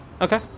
Okay